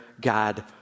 God